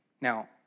now